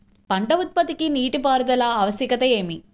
పంట ఉత్పత్తికి నీటిపారుదల ఆవశ్యకత ఏమి?